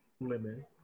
women